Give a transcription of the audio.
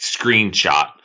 screenshot